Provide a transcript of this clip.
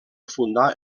fundà